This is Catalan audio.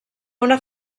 una